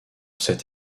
cette